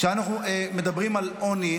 כשאנחנו מדברים על עוני,